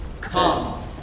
come